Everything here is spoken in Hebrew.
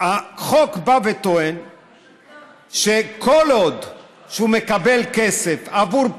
החוק בא וטוען שכל עוד שהוא מקבל כסף עבור פיגוע,